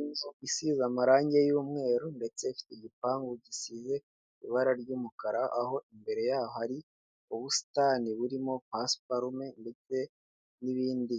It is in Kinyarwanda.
Inzu isize amarangi y'umweru, ndetse ifite igipangu gisize ibara ry'umukara, aho imbere yaho hari ubusitani burimo pasiparume, ndetse n'ibindi